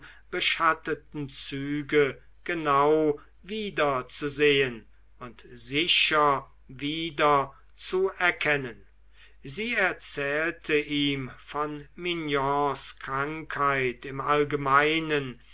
beschatteten züge genau wiederzusehen und sicher wiederzuerkennen sie erzählte ihm von mignons krankheit im allgemeinen